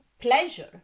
pleasure